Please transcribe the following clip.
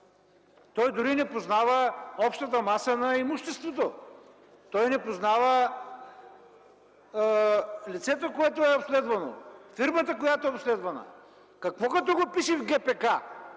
Той дори не познава общата маса на имуществото, той не познава лицето, което е обследвано, фирмата, която е обследвана. Какво като го пише в ГПК?